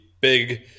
big